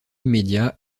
immédiat